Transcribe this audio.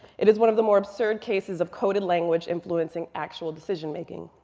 it is one of the more absurd cases of coded language influencing actual decision making.